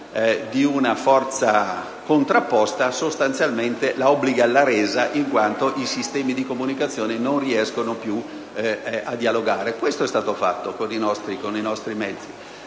di una forza contrapposta, sostanzialmente la si obbliga alla resa in quanto i sistemi di comunicazione non riescono più a dialogare. Questo è quanto è stato fatto con i nostri mezzi.